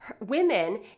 women